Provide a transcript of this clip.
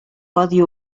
codi